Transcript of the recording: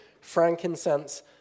frankincense